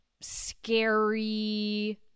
scary